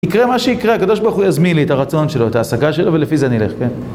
יקרה מה שיקרה, הקדוש ברוך הוא יזמין לי את הרצון שלו, את ההשגה שלו, ולפי זה אני אלך, כן.